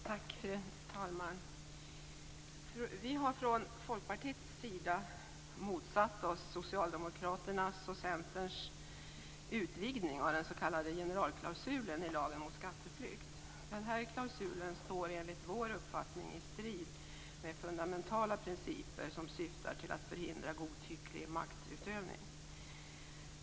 Fru talman! Vi har från Folkpartiets sida motsatt oss Socialdemokraternas och Centerns utvidgning av den s.k. generalklausulen i lagen om skatteflykt. Denna klausul står enligt vår uppfattning i strid med fundamentala principer som syftar till att förhindra godtycklig maktutövning.